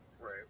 right